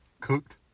cooked